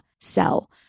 sell